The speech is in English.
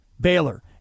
Baylor